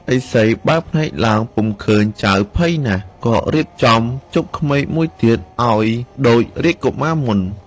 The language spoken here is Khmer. ឥសីបើកភ្នែកឡើងពុំឃើញចៅភ័យណាស់ ក៏រៀបចំជបក្មេងមួយទៀតឱ្យដូចរាជកុមារមុន។